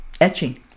etching